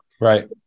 right